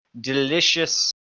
delicious